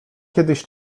kiedyś